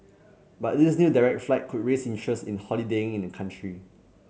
but this new direct flight could raise interest in holidaying in the country